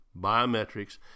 biometrics